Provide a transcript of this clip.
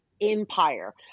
empire